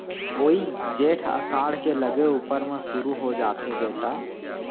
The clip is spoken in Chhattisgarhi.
वोइ जेठ असाढ़ के लगे ऊपर म सुरू हो जाथे बेटा